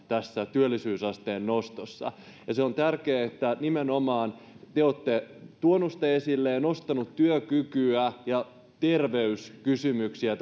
tässä työllisyysasteen nostossa ja se on tärkeää että nimenomaan te te olette tuonut sitä esille ja nostanut työkykyä ja terveyskysymyksiä